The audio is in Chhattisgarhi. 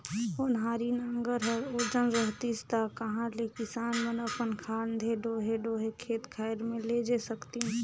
ओन्हारी नांगर हर ओजन रहतिस ता कहा ले किसान मन अपन खांधे डोहे डोहे खेत खाएर मे लेइजे सकतिन